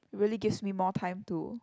really gives me more time to